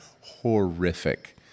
horrific